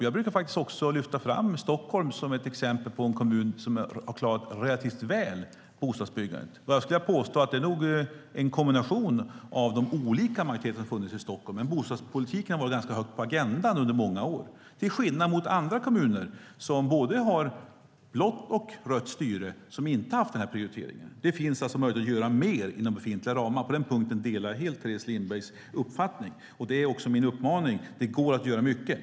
Jag brukar faktiskt också lyfta fram Stockholm som ett exempel på en kommun som relativt väl har klarat bostadsbyggandet. Jag skulle vilja påstå att det nog är en kombination av de olika majoriteterna som har funnits i Stockholm. Men bostadspolitiken har varit ganska högt på agendan i Stockholm under många år, till skillnad från hur det har varit i andra kommuner som har både blått och rött styre och som inte har haft denna prioritering. Det finns alltså möjlighet att göra mer inom befintliga ramar. På denna punkt delar jag helt Teres Lindbergs uppfattning. Min uppmaning är också att det går att göra mycket.